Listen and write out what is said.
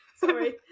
Sorry